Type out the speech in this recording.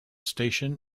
station